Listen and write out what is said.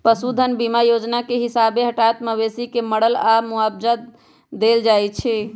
पशु धन बीमा जोजना के हिसाबे हटात मवेशी के मरला पर मुआवजा देल जाइ छइ